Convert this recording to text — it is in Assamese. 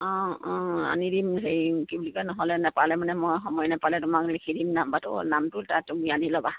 অঁ অঁ আনি দিম হেৰি নেপালে মানে মই সময় নেপালে তোমাক লিখি দিম নামটো তাত তুমি আনি ল'বা